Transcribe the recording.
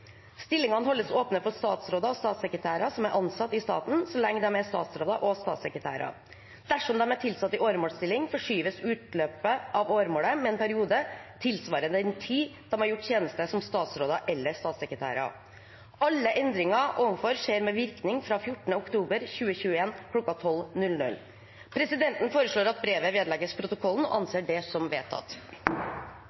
Stillingene holdes åpne for statsråder og statssekretærer som er ansatt i staten så lenge de er statsråder og statssekretærer. Dersom de er tilsatt i åremålsstilling, forskyves utløpet av åremålet med en periode tilsvarende den tid de har gjort tjeneste som statsråder eller statssekretærer. Alle endringene ovenfor skjer med virkning fra 14. oktober 2021 kl. 12.00.» Presidenten foreslår at brevet vedlegges protokollen, og